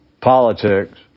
politics